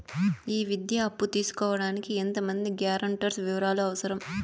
ఈ విద్యా అప్పు తీసుకోడానికి ఎంత మంది గ్యారంటర్స్ వివరాలు అవసరం?